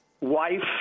wife